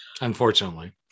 Unfortunately